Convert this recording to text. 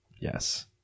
Yes